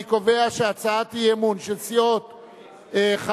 אני קובע שהצעת האי-אמון של סיעות חד"ש,